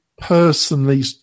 personally